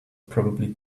probably